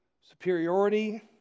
superiority